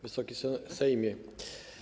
Wysoki Sejmie!